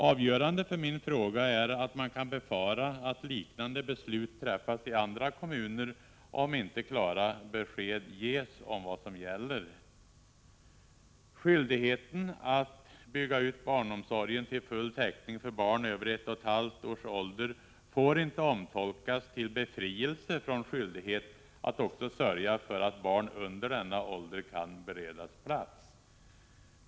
Avgörande för min fråga är att man kan befara att liknande beslut träffas i andra kommuner, om inte klara besked ges om vad som gäller. Skyldigheten att bygga ut barnomsorgen till full täckning för barn över ett och ett halvt års ålder får inte omtolkas till befrielse från skyldighet att också sörja för att barn under denna ålder kan beredas plats.